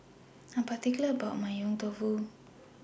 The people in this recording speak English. I Am particular about My Yong Tau Foo